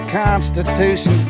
constitution